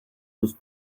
los